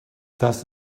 das